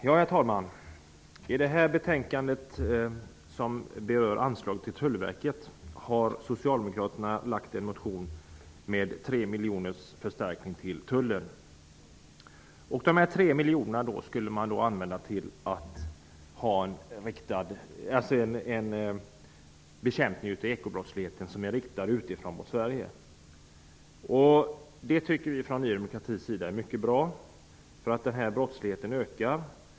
Herr talman! I det här betänkandet, som berör anslag till Tullverket, behandlas en socialdemokratisk motion om en förstärkning med 3 miljoner kronor till tullen. Dessa 3 miljoner skulle användas till bekämpning av ekobrottslighet som utifrån riktas mot Sverige. Vi i Ny demokrati tycker att detta är mycket bra, eftersom denna brottslighet ökar.